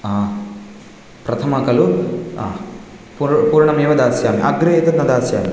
हा प्रथमं खलु हा पु पूर्णमेव दास्यामि अग्रे एतत् न दास्यामि